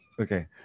okay